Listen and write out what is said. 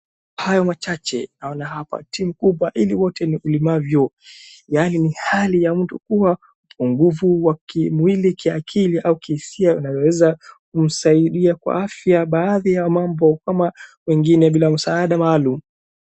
Hayo machache, naona hapa timu kubwa ili wote ni ulemavyo yaani ni hali ya mtu kuwa upungufu wa kimwili, kiakili au kihisia unayoweza kumsaidia kwa afya baadhi ya mambo ama wengine bila msaada maalum.